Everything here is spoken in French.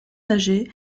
âgées